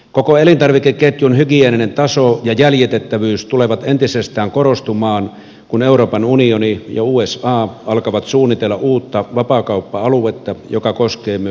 koko elintarvikeketjun hygieeninen taso ja jäljitettävyys tulevat entisestään korostumaan kun euroopan unioni ja usa alkavat suunnitella uutta vapaakauppa aluetta joka koskee myös maataloustuotteita